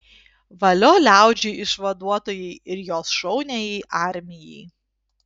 valio liaudžiai išvaduotojai ir jos šauniajai armijai